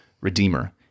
redeemer